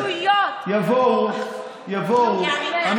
איזה שטויות, איזה שטויות.